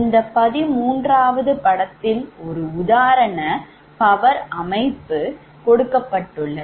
இந்த 13வது படத்தில் ஒரு உதாரண power system கொடுக்கப்பட்டுள்ளது